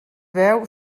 veu